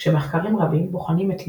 כשמחקרים רבים בוחנים את לינוקס.